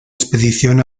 expedición